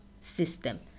system